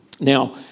Now